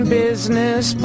business